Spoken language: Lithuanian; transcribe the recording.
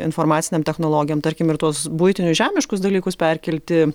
informacinėm technologijom tarkim ir tuos buitinius žemiškus dalykus perkelti